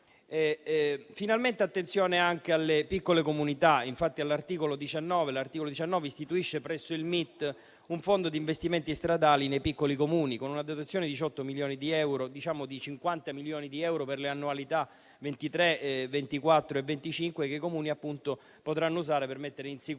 Finalmente si fa attenzione anche alle piccole comunità. L'articolo 19 istituisce presso il MIT un fondo di investimenti stradali nei piccoli Comuni con una dotazione di 50 milioni di euro per le annualità 2023-2024 e 2025 che potranno usare per mettere in sicurezza